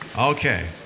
Okay